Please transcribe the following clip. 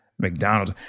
McDonald's